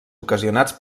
ocasionats